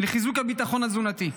לחיזוק הביטחון התזונתי.